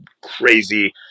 crazy